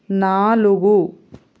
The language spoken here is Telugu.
నాలుగు